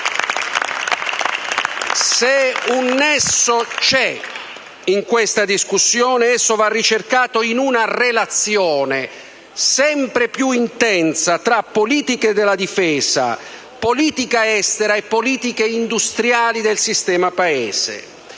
Se un nesso c'è in questa discussione, esso va ricercato in una relazione sempre più intensa tra politiche della difesa, politica estera e politiche industriali del sistema Paese.